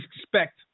expect